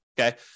Okay